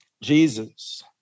Jesus